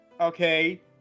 okay